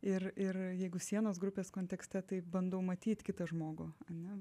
ir ir jeigu sienos grupės kontekste tai bandau matyt kitą žmogų ane